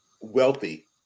wealthy